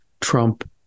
Trump